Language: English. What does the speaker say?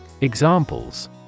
Examples